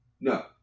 No